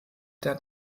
der